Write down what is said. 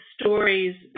stories